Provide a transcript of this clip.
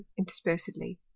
interspersedly